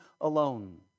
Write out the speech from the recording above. alone